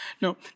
No